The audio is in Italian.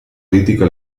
critica